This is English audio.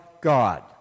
God